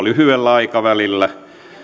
lyhyellä aikavälillä